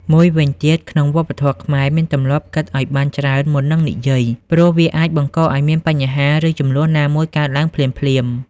មួយវិញទៀត ក្នុងវប្បធម៌ខ្មែរមានទម្លាប់គិតឱ្យបានច្រើនមុននឹងនិយាយ ព្រោះវាអាចបង្កឱ្យមានបញ្ហាឫជម្លោះណាមួយកើតទ្បើងភ្លាមៗ។